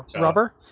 rubber